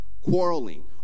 quarreling